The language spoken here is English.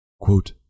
Quote